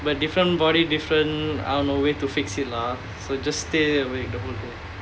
but different body different I don't know way to fix it lah so just stay awake the whole day